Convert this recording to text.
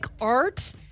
art